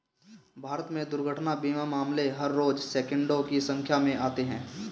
भारत में दुर्घटना बीमा मामले हर रोज़ सैंकडों की संख्या में आते हैं